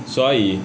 所以